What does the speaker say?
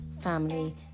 family